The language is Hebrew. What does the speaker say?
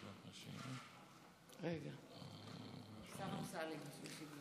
השאירו לי את כל הפתקים.